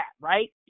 right